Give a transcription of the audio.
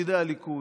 בידי הליכוד.